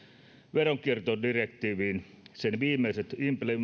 veronkiertodirektiiviin sen viimeiset